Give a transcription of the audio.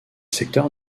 secteurs